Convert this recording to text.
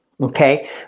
Okay